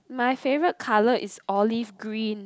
my favorite color is olive green